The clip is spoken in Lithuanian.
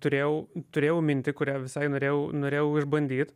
turėjau turėjau mintį kurią visai norėjau norėjau išbandyt